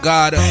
God